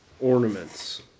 Ornaments